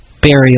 burial